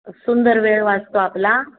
सुंदर वेळ वाचतो आपला